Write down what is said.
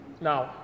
Now